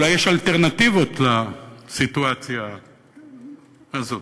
אולי יש אלטרנטיבות לסיטואציה הזאת.